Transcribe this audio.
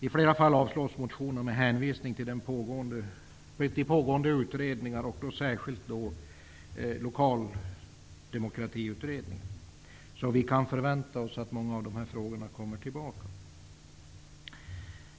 I flera fall avslås motionen med hänvisning till pågående utredningar, och då särskilt Lokaldemokratiutredningen. Vi kan alltså förvänta oss att många av dessa frågor kommer tillbaka.